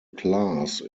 class